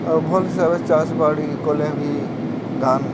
ଆଉ ଭଲ୍ ହିସାବ ଚାଷ ବାଡ଼ି କଲେ ବି ଧାନ୍